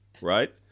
Right